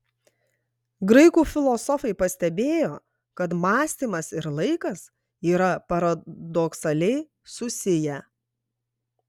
graikų filosofai pastebėjo kad mąstymas ir laikas yra paradoksaliai susiję